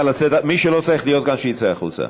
מי שלא צריך להיות כאן שיצא החוצה.